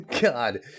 God